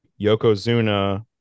Yokozuna